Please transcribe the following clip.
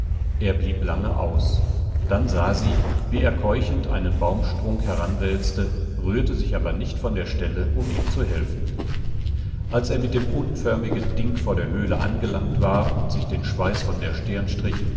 er blieb lange aus dann sah sie wie er keuchend einen baumstrunk heranwälzte rührte sich aber nicht von der stelle um ihm zu helfen als er mit dem unförmigen ding vor der höhle angelangt war und sich den schweiß von der stirn strich